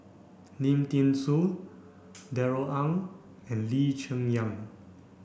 Lim Thean Soo Darrell Ang and Lee Cheng Yan